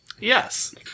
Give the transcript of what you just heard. Yes